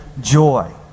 joy